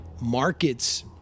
markets